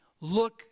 Look